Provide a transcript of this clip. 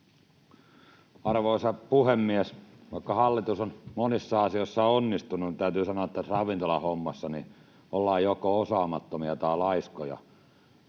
Arvoisa puhemies! Vaikka hallitus on monissa asioissa onnistunut, niin täytyy sanoa, että tässä ravintolahommassa ollaan joko osaamattomia tai laiskoja.